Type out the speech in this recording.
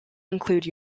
include